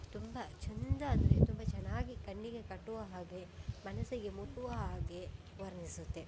ತುಂಬ ಚಂದ ಅಂದರೆ ತುಂಬ ಚೆನ್ನಾಗಿ ಕಣ್ಣಿಗೆ ಕಟ್ಟುವ ಹಾಗೆ ಮನಸ್ಸಿಗೆ ಮುಟ್ಟುವ ಹಾಗೆ ವರ್ಣಿಸುತ್ತೆ